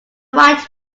white